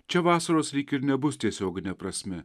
čia vasaros lyg ir nebus tiesiogine prasme